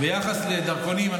ביחס לדרכונים,